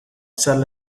sell